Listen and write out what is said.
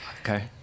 okay